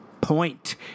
Point